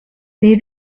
they